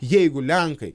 jeigu lenkai